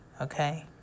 Okay